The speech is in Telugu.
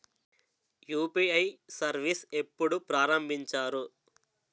యు.పి.ఐ సర్విస్ ఎప్పుడు ప్రారంభించారు?